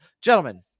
gentlemen